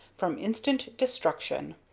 from instant destruction.